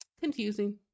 confusing